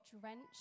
drenched